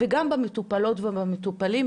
וגם במטופלות והמטופלים,